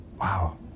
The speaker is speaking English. Wow